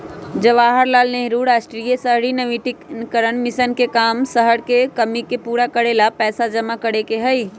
जवाहर लाल नेहरू राष्ट्रीय शहरी नवीकरण मिशन के काम शहर के कमी के पूरा करे ला पैसा जमा करे के हई